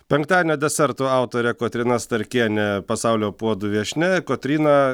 penktadienio desertų autorė kotryna starkienė pasaulio puodų viešnia kotryna